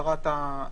הצהרת ה...